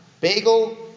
bagel